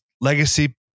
legacy